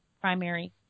primary